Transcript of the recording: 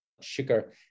sugar